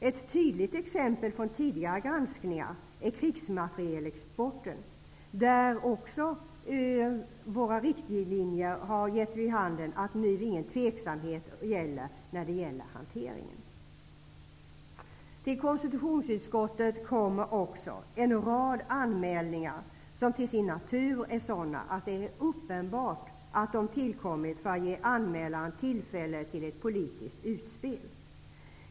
Ett tydligt exempel från tidigare granskningar är krigsmaterielexporten. Där har våra riktlinjer lett till att det inte råder någon tveksamhet när det gäller hanteringen. Till konstitutionsutskottet kommer också en rad anmälningar som till sin natur är sådana att det är uppenbart att de tillkommit för att ge anmälaren tillfälle till ett politiskt utspel.